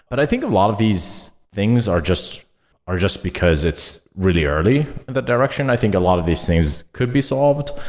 but i think a lot of these things are just are just because it's really early in that direction. i think a lot of these things could be solved.